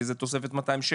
כי זה תוספת 200 שקל.